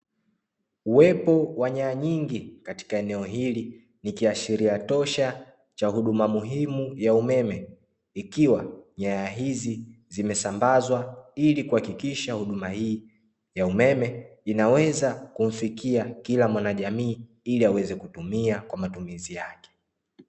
Uwepo wanyanyingi katika eneo hili nikiashiria tosha cha huduma muhimu ya umeme, ikiwa nyaya hizi zimesambazwa ili kuhakikisha huduma hii ya umeme inaweza kumfikia kila mwanajamii ili aweze kutumia kwa matumizi yake.